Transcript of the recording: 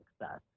success